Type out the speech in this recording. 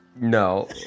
No